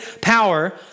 power